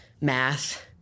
math